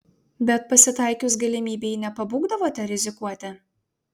bet pasitaikius galimybei nepabūgdavote rizikuoti